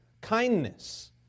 kindness